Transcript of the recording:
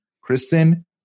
Kristen